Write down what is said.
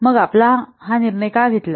मग आपण हा निर्णय का घेतला